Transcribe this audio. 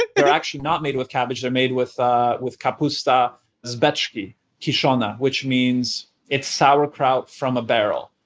ah they're actually not made with cabbage, they're made with ah with kapusta beczki kiszona, which means it's sauerkraut from a barrel.